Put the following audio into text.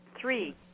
Three